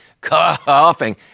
coughing